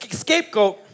scapegoat